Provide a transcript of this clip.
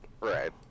Right